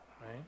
right